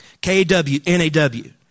K-A-W-N-A-W